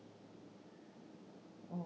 orh